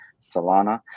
Solana